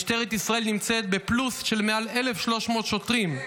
משטרת ישראל נמצאת בפלוס של מעל 1,300 שוטרים.